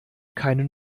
keinen